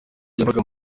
yabaga